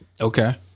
Okay